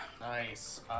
Nice